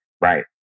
Right